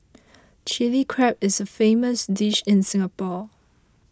Chilli Crab is a famous dish in Singapore